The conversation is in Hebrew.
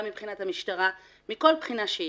גם מבחינת המשטרה ומכל בחינה שהיא.